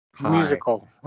musical